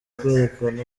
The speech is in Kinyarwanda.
kwerekana